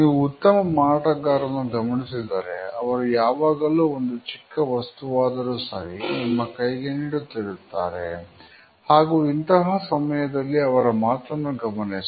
ನೀವು ಉತ್ತಮ ಮಾರಾಟಗಾರರನ್ನು ಗಮನಿಸಿದರೆ ಅವರು ಯಾವಾಗಲೂ ಒಂದು ಚಿಕ್ಕ ವಸ್ತುವಾದರೂ ಸರಿ ನಿಮ್ಮ ಕೈಗೆ ನೀಡುತ್ತಿರುತ್ತಾರೆ ಹಾಗೂ ಇಂತಹ ಸಮಯದಲ್ಲಿ ಅವರ ಮಾತನ್ನು ಗಮನಿಸಿ